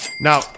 Now